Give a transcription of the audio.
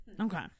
Okay